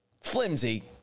flimsy